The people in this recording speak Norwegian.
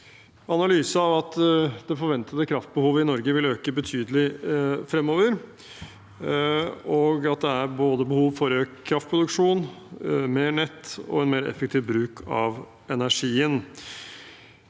analyse av at det forventede kraftbehovet i Norge vil øke betydelig fremover, og at det er behov for både økt kraftproduksjon, mer nett og en mer effektiv bruk av energien.